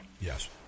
Yes